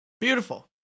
Beautiful